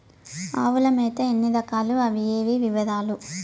ఆవుల మేత ఎన్ని రకాలు? అవి ఏవి? వివరాలు?